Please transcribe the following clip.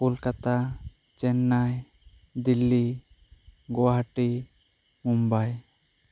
Kolkata Chennai Delhi Guwahati Mumbai